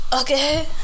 Okay